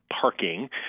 parking